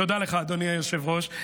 תודה לך, אדוני היושב-ראש.